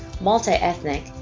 multi-ethnic